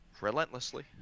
relentlessly